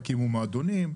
הקימו מועדונים,